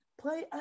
play